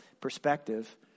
perspective